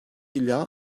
ila